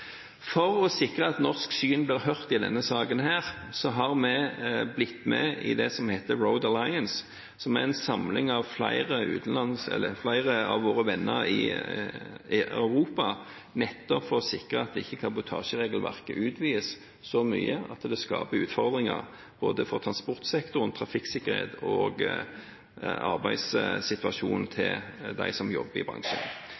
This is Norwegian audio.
For å sikre at norsk syn blir hørt i denne saken, har vi blitt med i det som heter Road Alliance, som er en samling av flere av våre venner i Europa, nettopp for å sikre at kabotasjeregelverket ikke utvides så mye at det skaper utfordringer både for transportsektoren, trafikksikkerheten og arbeidssituasjonen til dem som jobber i bransjen.